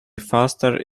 faster